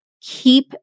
Keep